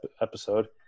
episode